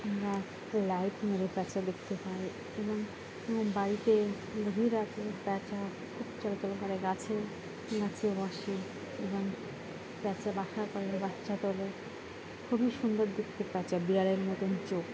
আমরা লাইট মেরে প্যাঁচা দেখতে পাই এবং বাড়িতে গভীর রাতে প্যাঁচা খুব চলাচল করে গাছে গাছে বসে এবং প্যাঁচা বাসা করে বাচ্চা তোলে খুবই সুন্দর দেখতে প্যাঁচা বিড়ালের মতন চোখ প্যাঁচা